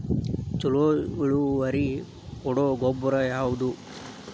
ಛಲೋ ಇಳುವರಿ ಕೊಡೊ ಗೊಬ್ಬರ ಯಾವ್ದ್?